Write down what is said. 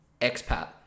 expat